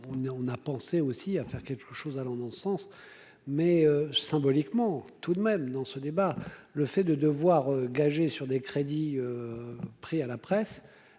on a pensé aussi à faire quelque chose allant dans ce sens mais symboliquement tout de même dans ce débat, le fait de devoir gagé sur des crédits pris à la presse